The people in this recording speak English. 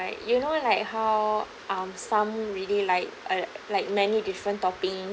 like you know like how um some really like uh like many different toppings